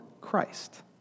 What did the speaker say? Christ